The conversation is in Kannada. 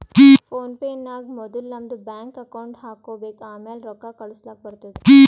ಫೋನ್ ಪೇ ನಾಗ್ ಮೊದುಲ್ ನಮ್ದು ಬ್ಯಾಂಕ್ ಅಕೌಂಟ್ ಹಾಕೊಬೇಕ್ ಆಮ್ಯಾಲ ರೊಕ್ಕಾ ಕಳುಸ್ಲಾಕ್ ಬರ್ತುದ್